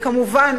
כמובן,